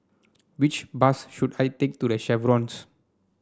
which bus should I take to The Chevrons